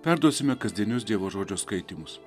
perduosime kasdienius dievo žodžio skaitymus